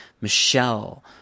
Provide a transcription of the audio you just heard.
Michelle